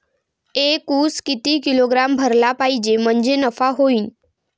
एक उस किती किलोग्रॅम भरला पाहिजे म्हणजे नफा होईन?